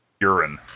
Urine